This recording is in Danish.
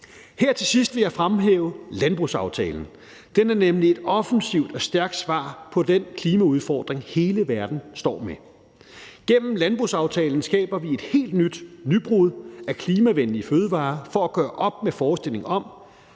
Her til sidst vil jeg fremhæve landbrugsaftalen. Den er nemlig et offensivt og stærkt svar på den klimaudfordring, hele verden står med. Gennem landbrugsaftalen skaber vi et helt nyt nybrud af klimavenlige fødevarer for at gøre op med forestillingen om,